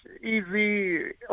easy